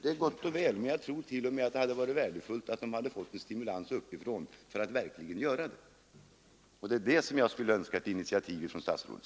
Det är gott och väl men jag tror t.o.m. att det hade varit värdefullt att de hade fått en stimulans uppifrån för att verkligen göra detta. Det är ett sådant initiativ jag skulle ha önskat från herr statsrådet.